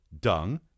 dung